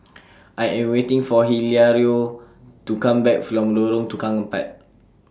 I Am waiting For Hilario to Come Back from Lorong Tukang Empat